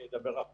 אני אדבר אחריך.